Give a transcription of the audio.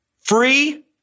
free